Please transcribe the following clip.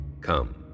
Come